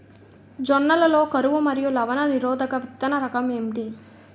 జొన్న లలో కరువు మరియు లవణ నిరోధక విత్తన రకం ఏంటి?